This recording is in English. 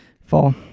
Fall